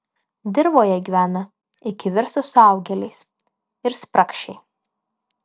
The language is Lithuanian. dirvoje gyvena iki virsta suaugėliais ir spragšiai